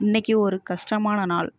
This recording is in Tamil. இன்னிக்கு ஒரு கஷ்டமான நாள்